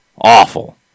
Awful